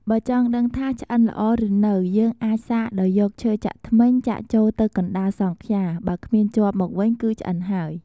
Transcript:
បើចង់ដឹងថាឆ្អិនល្អឬនៅយើងអាចសាកដោយយកឈើចាក់ធ្មេញចាក់ចូលទៅកណ្តាលសង់ខ្យា បើគ្មានជាប់មកវិញគឺឆ្អិនហើយ។